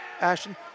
Ashton